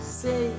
say